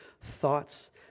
thoughts